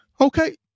Okay